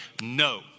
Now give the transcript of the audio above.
no